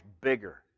bigger